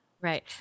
Right